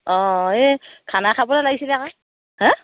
অঁ এই খানা খাবলৈ লাগিছিলে আকৌ হা